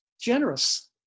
generous